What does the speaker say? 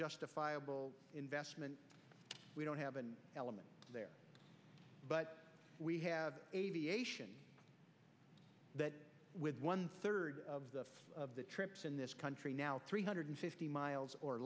justifiable investment we don't have an element there but we have aviation with one third of the trips in this country now three hundred fifty miles or